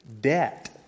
debt